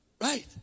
Right